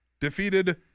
defeated